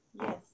Yes